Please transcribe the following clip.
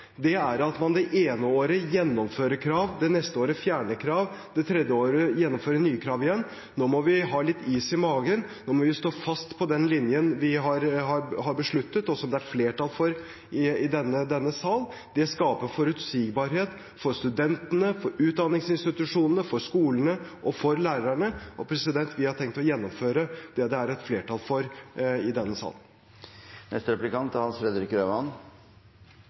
trenger, er at man det ene året gjennomfører krav, det neste året fjerner krav og det tredje året gjennomfører nye krav igjen. Nå må vi ha litt is i magen, nå må vi stå fast på den linjen vi har besluttet, og som det er flertall for i denne sal. Det skaper forutsigbarhet for studentene, for utdanningsinstitusjonene, for skolene og for lærerne. Vi har tenkt å gjennomføre det det er et flertall for i denne